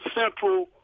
central